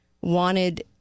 wanted